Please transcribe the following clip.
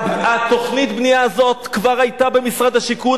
תוכנית הבנייה הזאת כבר היתה במשרד השיכון,